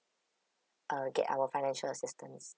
uh get our financial assistance